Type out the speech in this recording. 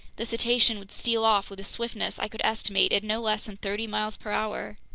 the cetacean would steal off with a swiftness i could estimate at no less than thirty miles per hour.